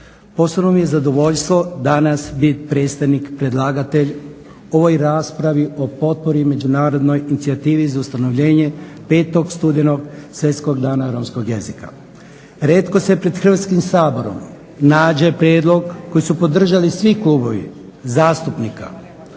Posebno mi je zadovoljstvo danas biti predstavnik predlagatelj ovoj raspravi o potpori međunarodnoj inicijativi za ustanovljenje 5. studenog Svjetskog dana romskog jezika. Rijetko se pred Hrvatskim saborom nađe prijedlog koji su podržali svi klubovi zastupnika.